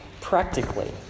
practically